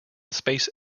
space